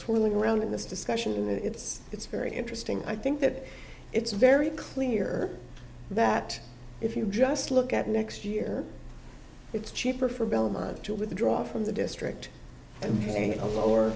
swirling around in this discussion and it's it's very interesting i think that it's very clear that if you just look at next year it's cheaper for belmont to withdraw from the district and paying a lower